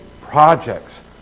projects